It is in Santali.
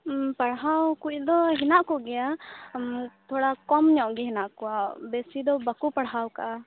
ᱯᱟᱲᱦᱟᱣ ᱠᱚᱫᱚ ᱦᱮᱱᱟᱜ ᱠᱚᱜᱮᱭᱟ ᱛᱷᱚᱲᱟ ᱠᱚᱢᱱᱚᱜ ᱜᱮ ᱦᱮᱱᱟᱜ ᱠᱚᱭᱟ ᱵᱮᱥᱤᱫᱚ ᱵᱟᱠᱚ ᱯᱟᱲᱦᱟᱣ ᱟᱠᱟᱫᱼᱟ